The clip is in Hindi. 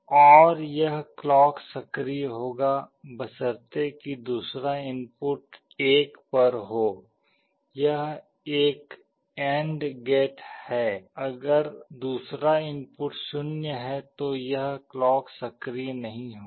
और यह क्लॉक सक्रिय होगा बशर्ते कि दूसरा इनपुट 1 पर हो यह एक AND गेट है अगर दूसरा इनपुट 0 है तो क्लॉक सक्रिय नहीं होगी